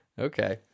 Okay